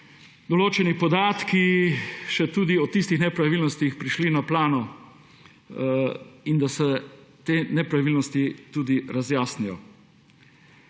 določeni podatki o tistih nepravilnostih prišli na plano, da se te nepravilnosti tudi razjasnijo.